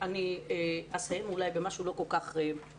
אני אסיים במשהו לא כל כך נעים.